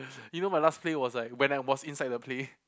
you know my last play was like when I was inside the play